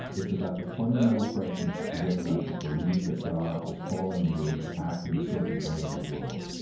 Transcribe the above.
it's about the fundamental question as to whether or not you believe that god is calling you to act in a certain way in the world.